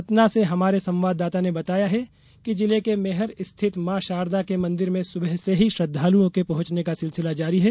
सतना से हमारे संवाददाता ने बताया है कि जिले के मैहर स्थित मॉ शारदा के मंदिर में सुबह से ही श्रद्वालुओं के पहुॅचने का सिलसिला जारी है